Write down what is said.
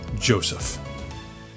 Joseph